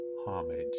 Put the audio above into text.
homage